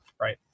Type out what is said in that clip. right